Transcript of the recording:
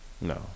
No